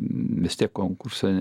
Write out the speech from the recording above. vis tiek konkursą